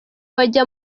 bajya